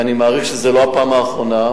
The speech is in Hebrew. ואני מעריך שזו לא הפעם האחרונה,